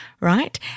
right